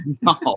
No